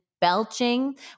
Belching